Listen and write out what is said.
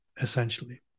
essentially